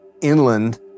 inland